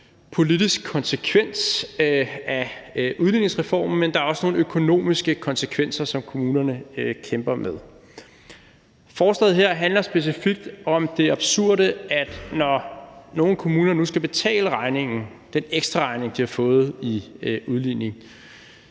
politisk konsekvens af udligningsreformen, men der er også nogle økonomiske konsekvenser, som kommunerne kæmper med. Forslaget her handler specifikt om det absurde i, at når nogle kommuner nu skal betale regningen – altså den ekstraregning, de har fået i udligning